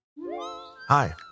Hi